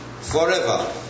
forever